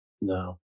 No